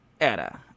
Era